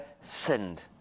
sinned